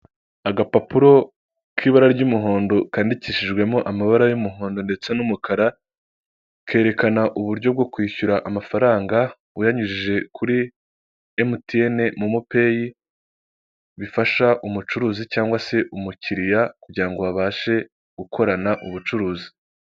Agapapuro k'ibara ry'umuhondo kandikishijwemo amabara y'umuhondo ndetse n'umukara, kerekana uburyo bwo kwishyura amafaranga uyanyujije kuri Emutiyene mu momopeyi, bifasha umucuruzi cyangwa se umukiriya kugira ngo abashe gukorana ubucuruzi.